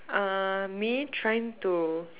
uh me trying to